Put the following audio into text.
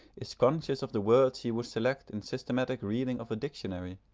is conscious of the words he would select in systematic reading of a dictionary,